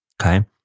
okay